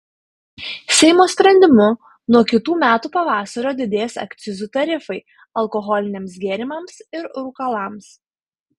seimo sprendimu nuo kitų metų pavasario didės akcizų tarifai alkoholiniams gėrimams ir rūkalams